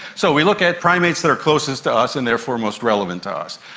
so, we look at primates that are closest to us and therefore most relevant to us.